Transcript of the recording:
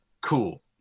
cool